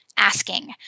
asking